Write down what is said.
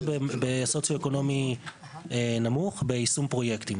בסוציו-אקונומי נמוך ביישום פרויקטים.